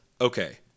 Okay